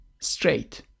Straight